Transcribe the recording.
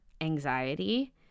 anxiety